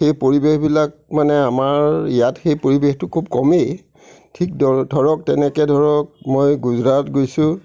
সেই পৰিৱেশবিলাক মানে আমাৰ ইয়াত সেই পৰিৱেশটো খুব কমেই ঠিক ধৰক তেনেকৈ ধৰক মই গুজৰাট গৈছোঁ